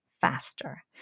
faster